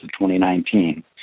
2019